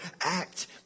act